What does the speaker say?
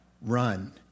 run